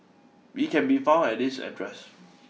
he can be found at this address